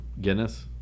Guinness